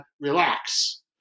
relax